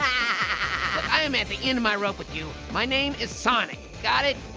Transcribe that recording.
i am at the end of my rope with you. my name is sonic, got it?